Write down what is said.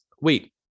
wait